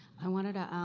i wanted a, um,